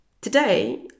Today